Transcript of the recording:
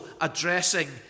addressing